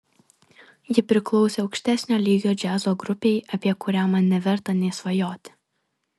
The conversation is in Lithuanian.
ji priklausė aukštesnio lygio džiazo grupei apie kurią man neverta nė svajoti